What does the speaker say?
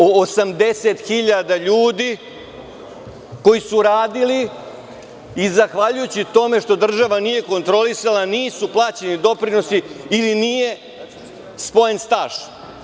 O 80 hiljada ljudi, koji su radili i zahvaljujući tome što država nije kontrolisala nisu plaćeni doprinosi ili nije spojen staž.